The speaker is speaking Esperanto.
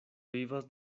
vivas